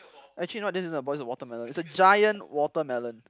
actually you know what this is not a ball this is a watermelon it's a giant watermelon